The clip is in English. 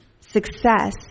success